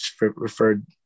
referred